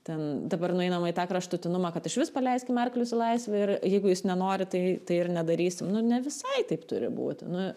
ten dabar nueinama į tą kraštutinumą kad išvis paleiskim arklius į laisvę ir jeigu jis nenori tai tai ir nedarysim ne visai taip turi būti nu